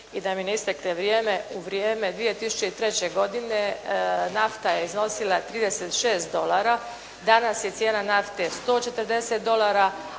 I da mi ne istekne vrijeme u vrijeme 2003. godine nafta je iznosila 36 dolara, danas je cijena nafte 140 dolara